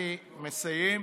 אני מסיים.